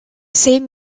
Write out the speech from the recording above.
same